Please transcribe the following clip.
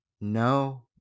No